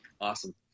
Awesome